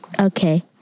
Okay